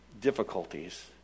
difficulties